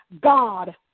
God